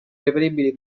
reperibili